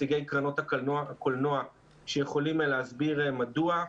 כאן נציגי קרנות הקולנוע שיכולים להסביר מדוע.